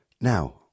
Now